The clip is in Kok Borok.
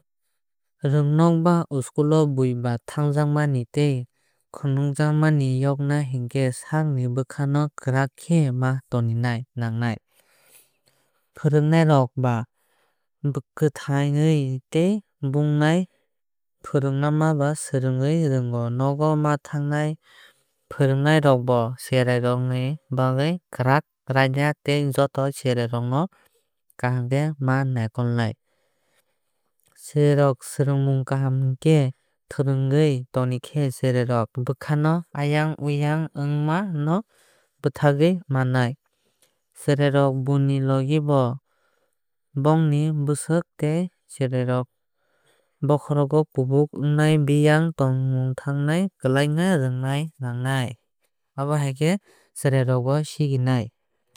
Rwngnog ba school o buiba thwngjakmani tei khwuijakmani yokna hinkhe sakni bwkha no kwrak khe ma tonina nangnai. Phwrungnai rog bai kwthaiui tei bongni phwrungma swrungwui rwng nogo ma thannai. Pwhrwngnai rok bo cherai rok ni bagwui kwrak raida tei joto cherai rok no kaham khe ma naikolnai. Cherrai rok swrungmung kaham hingkhe fwnagwui tonikhe cherrai rok bwkha no ayang oyang ongma no bwthagwui mannai. Cherrai rok boi ni logi bo bongni bwsak tei cherrai rok bokhorogo kubuk ongnai beyang tongmung thangnai klai nai rwngna nagnai. Abo haikhe cherrai rok bo sikinai.